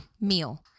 meal